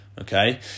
Okay